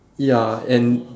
ya and